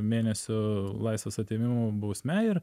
mėnesių laisvės atėmimo bausme ir